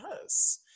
yes